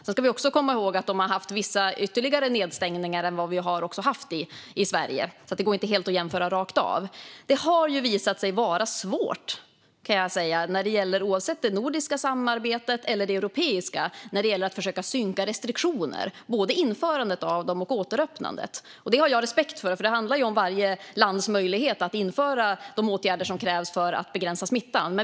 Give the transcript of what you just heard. De har också haft fler nedstängningar än Sverige, så det går inte att jämföra rakt av. Det har visat sig vara svårt i såväl det nordiska som det europeiska samarbetet att synka restriktioner, både vid införande och återöppnande. Det har jag respekt för, för det handlar om varje lands möjligheter att införa de åtgärder som krävs för att begränsa smittan.